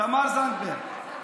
תמר זנדברג,